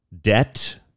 debt